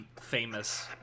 famous